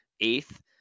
eighth